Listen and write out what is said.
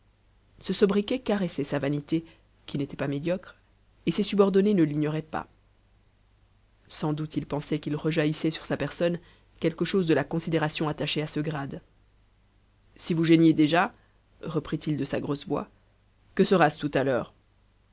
ce sobriquet caressait sa vanité qui n'était pas médiocre et ses subordonnés ne l'ignoraient pas sans doute il pensait qu'il rejaillissait sur sa personne quelque chose de la considération attachée à ce grade si vous geignez déjà reprit-il de sa grosse voix que sera-ce tout à l'heure